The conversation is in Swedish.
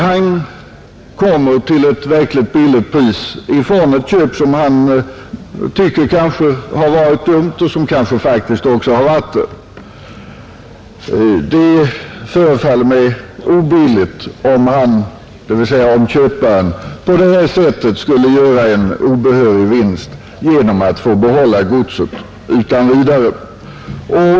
Han kommer till ett verkligt billigt pris ifrån ett köp som han kanske tycker varit dumt och som kanske också varit det. Det förefaller mig obilligt om köparen därutöver skulle göra en oberättigad vinst genom att få behålla godset utan vidare.